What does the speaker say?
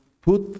put